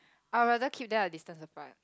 I would rather keep them a distance apart